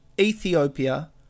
Ethiopia